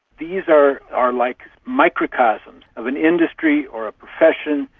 these are are like microcosms of an industry or a profession,